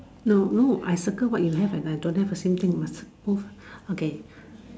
no no I circle what you have and I don't have the same thing must both okay